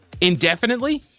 Indefinitely